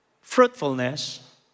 fruitfulness